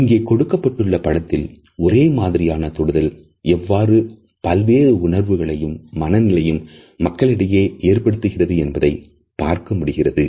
இங்கே கொடுக்கப்பட்டுள்ள படத்தில் ஒரே மாதிரியான தொடுதல் எவ்வாறு பல்வேறு உணர்வுகளையும் மனநிலைகளையும் மக்களிடையே ஏற்படுத்துகிறது என்பதை பார்க்க முடிகிறது